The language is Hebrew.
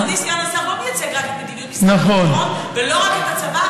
אבל אדוני סגן השר לא מייצג רק את מדיניות שר הביטחון ולא רק את הצבא,